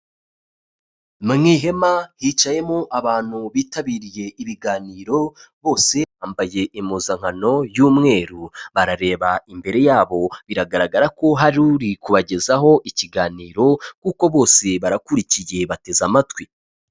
Mu ihema hicayemo abantu bitabiriye ibiganiro, bose bambaye impuzankano y'umweru, barareba imbere yabo, biragaragara ko hari uri kubagezaho ikiganiro kuko bose barakurikiye bateze amatwi.